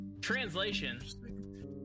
Translation